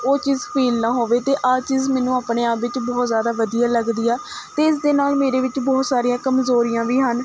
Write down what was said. ਉਹ ਚੀਜ਼ ਫੀਲ ਨਾ ਹੋਵੇ ਅਤੇ ਆਹ ਚੀਜ਼ ਮੈਨੂੰ ਆਪਣੇ ਆਪ ਵਿੱਚ ਬਹੁਤ ਜ਼ਿਆਦਾ ਵਧੀਆ ਲੱਗਦੀ ਆ ਅਤੇ ਇਸ ਦੇ ਨਾਲ਼ ਮੇਰੇ ਵਿੱਚ ਬਹੁਤ ਸਾਰੀਆਂ ਕਮਜ਼ੋਰੀਆਂ ਵੀ ਹਨ